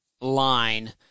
line